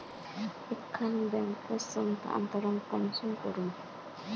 एक खान बैंकोत स्थानंतरण कुंसम करे करूम?